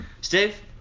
Steve